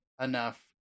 enough